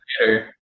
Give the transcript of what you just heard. later